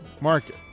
market